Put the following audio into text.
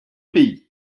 pays